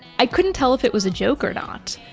i couldn't tell if it was a joke or not.